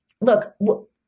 look